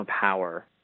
power